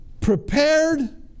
prepared